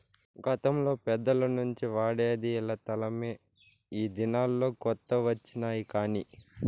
గతంలో పెద్దల నుంచి వాడేది ఇలా తలమే ఈ దినాల్లో కొత్త వచ్చినాయి కానీ